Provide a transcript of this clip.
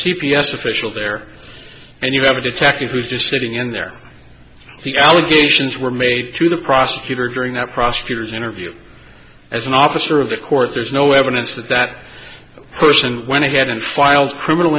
s official there and you have a detective who's just sitting in there the allegations were made to the prosecutor during that prosecutor's interview as an officer of the court there's no evidence that that person went ahead and file criminal